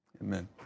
Amen